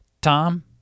Tom